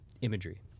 imagery